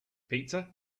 pizza